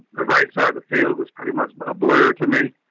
right side, the field was pretty much a blur to me.